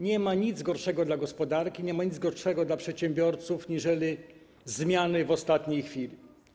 Nie ma nic gorszego dla gospodarki, nie ma nic gorszego dla przedsiębiorców niżeli zmiany w ostatniej chwili.